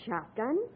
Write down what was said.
shotgun